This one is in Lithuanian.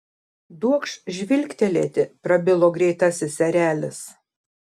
duokš žvilgtelėti prabilo greitasis erelis